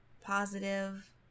positive